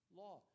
law